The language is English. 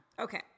okay